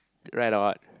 right or not